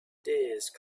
these